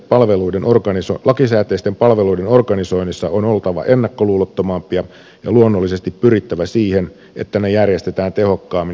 niin ikään lakisääteisten palveluiden organisoinnissa on oltava ennakkoluulottomampia ja luonnollisesti pyrittävä siihen että ne järjestetään tehokkaammin ja laadukkaammin